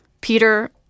Peter